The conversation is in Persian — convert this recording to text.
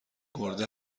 گرده